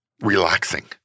relaxing